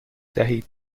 دهید